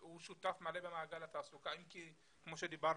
והוא שותף מלא במעגל התעסוקה אם כי, כפי שאמרנו,